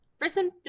Person